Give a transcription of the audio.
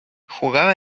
jugaba